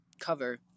cover